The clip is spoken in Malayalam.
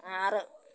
ആറ്